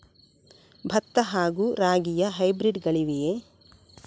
ಭತ್ತ ಹಾಗೂ ರಾಗಿಯ ಹೈಬ್ರಿಡ್ ಗಳಿವೆಯೇ?